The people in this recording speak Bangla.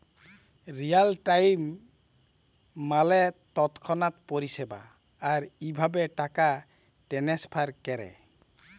রিয়াল টাইম মালে তৎক্ষণাৎ পরিষেবা, আর ইভাবে টাকা টেনেসফার ক্যরে